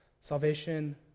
Salvation